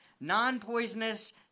non-poisonous